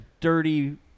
dirty